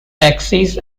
taxis